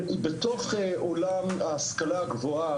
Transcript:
בתוך עולם ההשכלה הגבוהה,